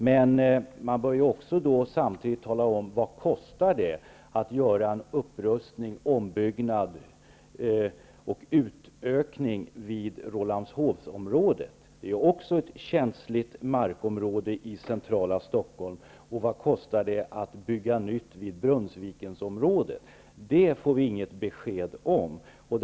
Men man bör då samtidigt tala om vad det kostar att göra en upprustning, ombyggnad och utökning vid Rålambshovsområdet. Det är också ett känsligt markområde i centrala Stockholm. Men vi får inte något besked om vad det kostar att bygga nytt vid Brunnsvikensområdet.